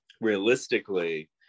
realistically